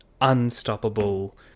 unstoppable